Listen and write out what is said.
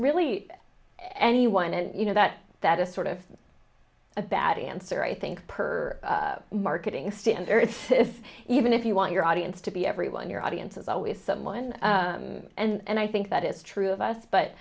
really anyone and you know that that is sort of abadi answer i think per marketing standard even if you want your audience to be everyone your audience is always someone and i think that is true of us